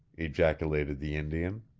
ejaculated the indian.